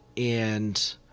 and